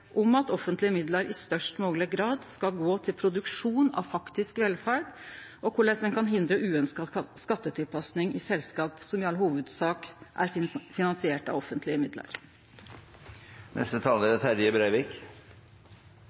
om at offentlege midlar i størst mogleg grad skal gå til produksjon av faktisk velferd, og korleis ein kan hindre uønskt skattetilpassing i selskap som i all hovudsak er finansierte av offentlege midlar. Det er